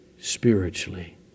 spiritually